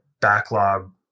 backlog